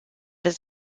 this